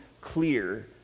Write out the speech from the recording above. clear